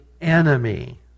enemy